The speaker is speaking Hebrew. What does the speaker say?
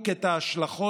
והוצאתי גם מכתב לאוצר,